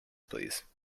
please